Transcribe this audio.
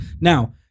Now